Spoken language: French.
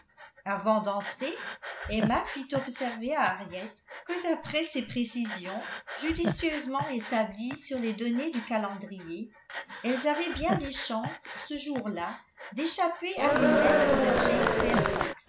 avant d'entrer emma fit observer à harriet que d'après ses précisions judicieusement établies sur les données du calendrier elles avaient bien des chances ce jour-là d'échapper à une lettre de jane